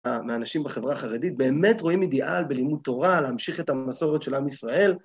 האנשים בחברה החרדית באמת רואים אידיאל בלימוד תורה להמשיך את המסורת של עם ישראל.